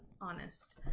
honest